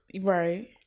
Right